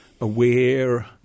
aware